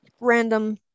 Random